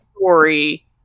story